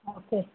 okay